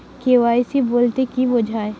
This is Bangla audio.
কে.ওয়াই.সি বলতে কি বোঝায়?